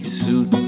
suit